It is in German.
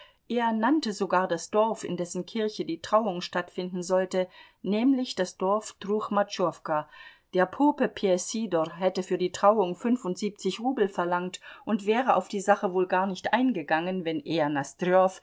er nannte sogar das dorf in dessen kirche die trauung stattfinden sollte nämlich das dorf truchmatschowka der pope p ssidor hätte für die trauung fünfundsiebzig rubel verlangt und wäre auf die sache wohl gar nicht eingegangen wenn er